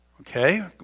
Okay